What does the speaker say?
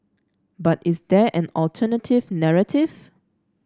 but is there an alternative narrative